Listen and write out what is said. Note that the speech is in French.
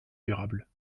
durable